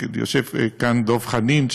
ויושב כאן דב חנין,